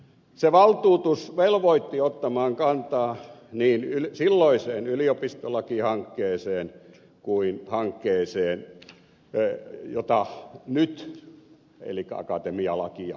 se valtuutus velvoitti ottamaan kantaa niin silloiseen yliopistolakihankkeeseen kuin hankkeeseen jota nyt muutetaan elikkä akatemia lakiin